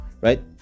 right